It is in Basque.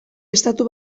estatu